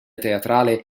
teatrale